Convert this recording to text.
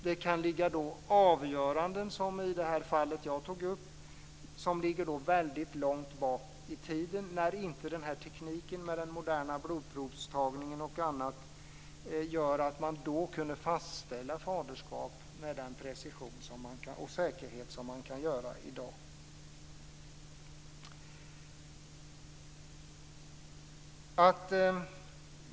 Det kan gälla avgöranden, såsom i det fall jag tog upp, som ligger väldigt långt tillbaka i tiden när inte den moderna blodprovsteknik m.m. som vi har i dag fanns. Då kunde man inte heller fastställa faderskap med samma precision och säkerhet som i dag.